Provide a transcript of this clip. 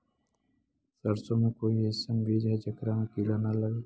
सरसों के कोई एइसन बिज है जेकरा में किड़ा न लगे?